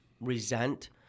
resent